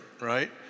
right